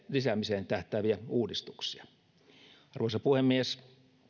lisäämiseen tähtääviä uudistuksia arvoisa puhemies